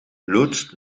loodst